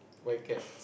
why cat